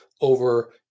over